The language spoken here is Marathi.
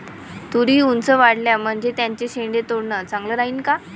तुरी ऊंच वाढल्या म्हनजे त्याचे शेंडे तोडनं चांगलं राहीन का?